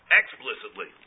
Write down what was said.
explicitly